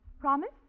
Promise